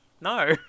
No